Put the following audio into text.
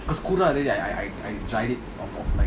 school lah I I dried it of of like